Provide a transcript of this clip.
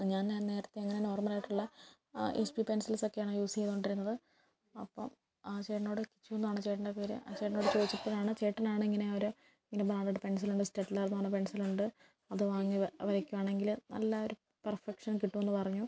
ഞാൻ ഞാൻ നേരത്തെ അങ്ങനെ നോർമലായിട്ടുള്ള എച്ച് ബി പെൻസിൽസൊക്കെയാണ് യൂസ് ചെയ്തുകൊണ്ടിരിക്കുന്നത് അപ്പം ആ ചേട്ടനോട് കിച്ചുവെന്നാണ് ചേട്ടൻ്റെ പേര് ആ ചേട്ടനോട് ചോദിച്ചപ്പോഴാണ് ചേട്ടനാണ് ഇങ്ങനെ ഒരു ഇങ്ങനാണ് ഒര് പെൻസിലുണ്ട് സ്റ്റെഡലറെന്ന് പറഞ്ഞ പെൻസിലുണ്ട് അത് വാങ്ങി വ വരക്കുവാണെങ്കില് നല്ല ഒര് പെർഫെക്ഷൻ കിട്ടുവെന്ന് പറഞ്ഞു